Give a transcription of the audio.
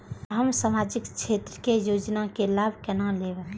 हम सामाजिक क्षेत्र के योजना के लाभ केना लेब?